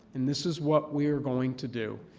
and this is what we are going to do.